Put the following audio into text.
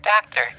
doctor